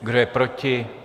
Kdo je proti?